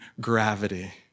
gravity